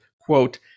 quote